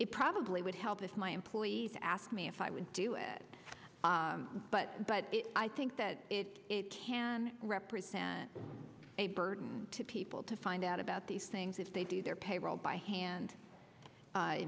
it probably would help if my employees asked me if i would do it but but i think that it can represent a burden to people to find out about these things if they do their payroll by